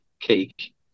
cake